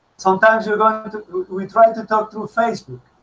sometimes you're going we tried to talk through facebook